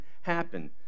happen